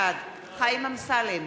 בעד חיים אמסלם,